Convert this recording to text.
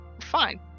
fine